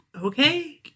okay